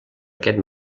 aquest